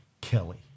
Kelly